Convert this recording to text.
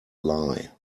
lie